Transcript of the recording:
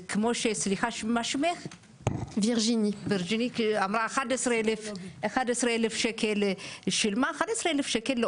וירג'יני אמרה שהיא שילמה 11,000 שקל.